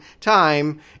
time